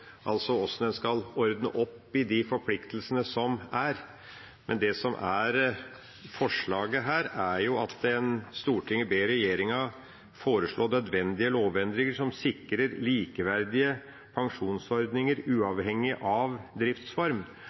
altså hvordan man skal ordne opp i forpliktelsene som er. Forslaget er at Stortinget ber regjeringen foreslå nødvendige lovendringer som sikrer likeverdige pensjonsordninger uavhengig av driftsform,